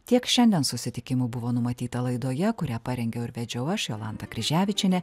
tiek šiandien susitikimų buvo numatyta laidoje kurią parengiau ir vedžiau aš jolanta kryževičienė